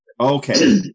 Okay